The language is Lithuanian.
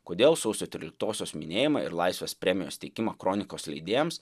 kodėl sausio tryliktosios minėjimą ir laisvės premijos teikimą kronikos leidėjams